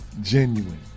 genuine